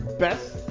Best